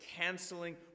canceling